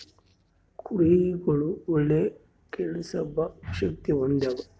ಕುರಿಗುಳು ಒಳ್ಳೆ ಕೇಳ್ಸೆಂಬ ಶಕ್ತಿ ಹೊಂದ್ಯಾವ